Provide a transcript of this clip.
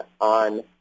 on